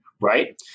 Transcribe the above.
right